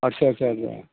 आदसा आदसा आदसा